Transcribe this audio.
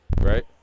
Right